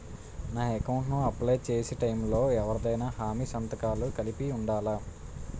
నా అకౌంట్ ను అప్లై చేసి టైం లో ఎవరిదైనా హామీ సంతకాలు కలిపి ఉండలా?